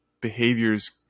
behaviors